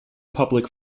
public